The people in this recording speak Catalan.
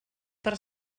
per